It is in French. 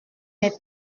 mes